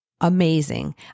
amazing